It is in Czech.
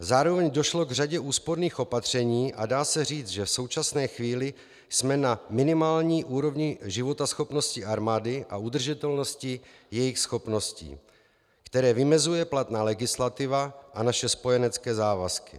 Zároveň došlo k řadě úsporných opatření a dá se říci, že v současné chvíli jsme na minimální úrovni životaschopnosti armády a udržitelnosti jejich schopností, které vymezuje platná legislativa a naše spojenecké závazky.